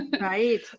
Right